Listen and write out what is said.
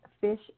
Fish